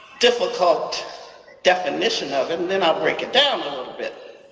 difficult definition of it and then i'll break it down a little bit.